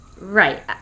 Right